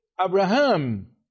Abraham